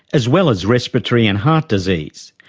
as well as respiratory and heart disease.